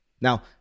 Now